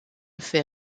fait